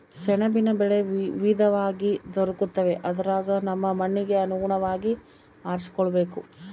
ಸೆಣಬಿನ ಬೆಳೆ ವಿವಿಧವಾಗಿ ದೊರಕುತ್ತವೆ ಅದರಗ ನಮ್ಮ ಮಣ್ಣಿಗೆ ಅನುಗುಣವಾಗಿ ಆರಿಸಿಕೊಳ್ಳಬೇಕು